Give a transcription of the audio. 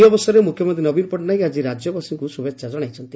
ଏହି ଅବସରରେ ମୁଖ୍ୟମନ୍ତୀ ନବୀନ ପଟ୍ଟନାୟକ ଆଜି ରାଜ୍ୟବାସୀଙ୍କ ଶୁଭେଛା ଜଣାଇଛନ୍ତି